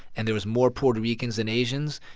and there was more puerto ricans and asians.